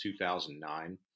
2009